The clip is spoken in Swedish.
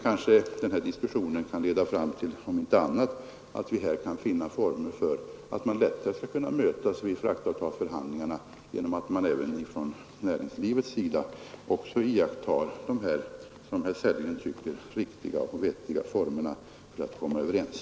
Kanske kan denna diskussion leda fram till att man finner former för att lättare kunna mötas vid fraktavtalsförhandlingarna genom att även näringslivets representanter iakttar dessa, enligt herr Sellgrens uppfattning, vettiga regler för att komma överens.